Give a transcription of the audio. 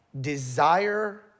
desire